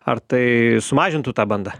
ar tai sumažintų tą bandą